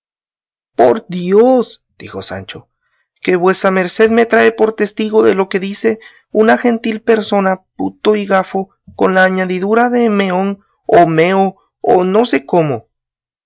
por dios dijo sancho que vuesa merced me trae por testigo de lo que dice a una gentil persona puto y gafo con la añadidura de meón o meo o no sé cómo